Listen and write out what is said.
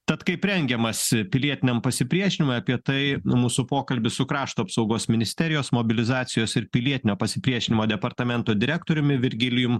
tad kaip rengiamasi pilietiniam pasipriešinimui apie tai mūsų pokalbis su krašto apsaugos ministerijos mobilizacijos ir pilietinio pasipriešinimo departamento direktoriumi virgilijum